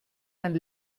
dann